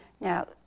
Now